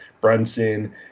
Brunson